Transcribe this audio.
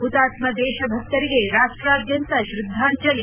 ಹುತಾತ್ನ ದೇಶಭಕ್ತರಿಗೆ ರಾಷ್ಲಾದ್ಯಂತ ತ್ರದ್ದಾಂಜಲಿ